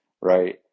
right